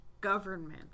government